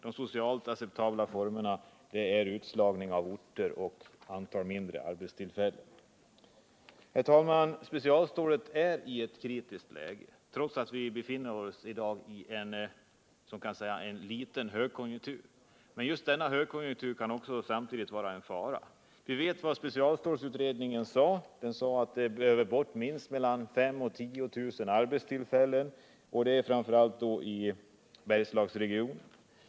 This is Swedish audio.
De socialt acceptabla formerna har inneburit utslagning av orter och ett mindre antal arbetstillfällen. Herr talman! Specialstålsindustrin är i ett kritiskt läge, trots att vi i dag kan notera en mindre högkonjunktur. Denna högkonjunktur kan samtidigt utgöra en fara. Vi vet att man i specialstålsutredningen konstaterade att vi måste minska sysselsättningen med minst 5 000-10 000 arbetstillfällen, och det gällde då framför allt Bergslagsregionen.